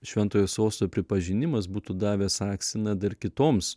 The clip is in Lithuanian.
šventojo sosto pripažinimas būtų davęs akstiną dar kitoms